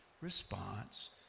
response